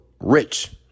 rich